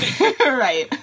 Right